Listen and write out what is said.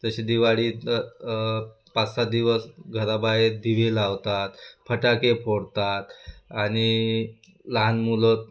जशी दिवाळीत पाच सहा दिवस घराबाहेर दिवे लावतात फटाके फोडतात आणि लहान मुलं